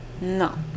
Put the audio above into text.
no